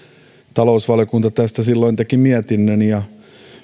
talousvaliokunta tästä silloin teki mietinnön ja